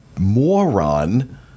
Moron